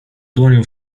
dłonią